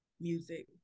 Music